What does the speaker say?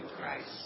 Christ